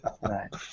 Right